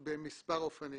במספר אופנים.